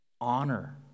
honor